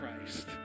Christ